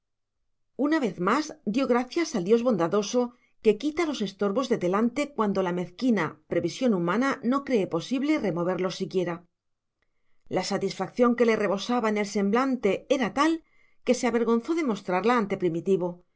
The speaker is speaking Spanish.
una vez más dio gracias al dios bondadoso que quita los estorbos de delante cuando la mezquina previsión humana no cree posible removerlos siquiera la satisfacción que le rebosaba en el semblante era tal que se avergonzó de mostrarla ante primitivo